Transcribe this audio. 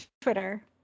Twitter